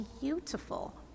beautiful